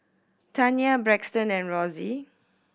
Tania Braxton and Rosie